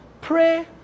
pray